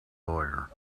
lawyer